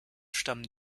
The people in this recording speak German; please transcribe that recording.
stammen